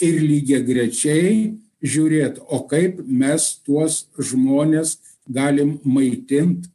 ir lygiagrečiai žiūrėt o kaip mes tuos žmones galim maitint